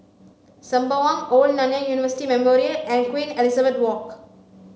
Sembawang Old Nanyang University Memorial and Queen Elizabeth Walk